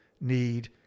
need